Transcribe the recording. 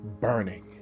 burning